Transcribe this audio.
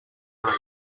broom